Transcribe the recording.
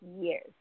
years